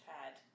pad